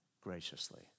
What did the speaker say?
graciously